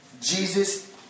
Jesus